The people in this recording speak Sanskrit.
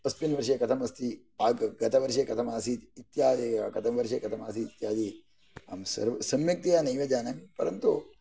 अस्मिन् वर्षे कथम् अस्ति गतवर्षे कथम् आसीत् इत्यादय गतवर्षे कथम् आसीत् इत्यादि अहं सम्यक्तया नैव जानामि परन्तु